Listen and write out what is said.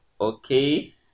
Okay